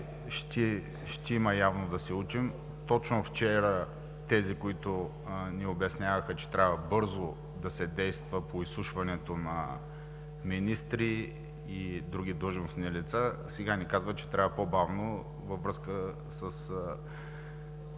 Ще има явно да се учим. Точно вчера тези, които ни обясняваха, че трябва бързо да се действа по изслушването на министри и други длъжностни лица, сега ни казват, че трябва по-бавно във връзка с